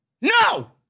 No